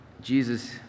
Jesus